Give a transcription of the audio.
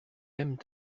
aiment